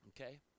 Okay